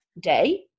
day